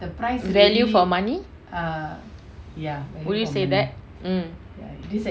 value for money would you say that mm